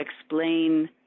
explain